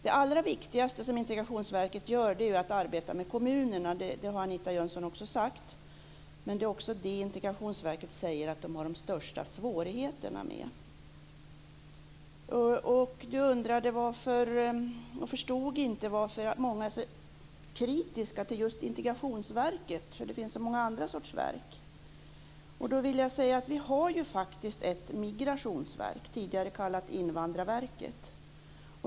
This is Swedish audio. Det allra viktigaste som Integrationsverket gör är ju att arbeta med kommunerna. Det har Anita Jönsson också sagt. Men det är också det Integrationsverket säger att det har de största svårigheterna med. Anita Jönsson undrade varför - hon förstod det inte - så många är kritiska till just Integrationsverket när det finns så många andra sorters verk. Då vill jag säga att vi faktiskt har ett migrationsverk - tidigare kallat Invandrarverket.